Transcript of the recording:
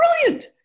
brilliant